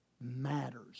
matters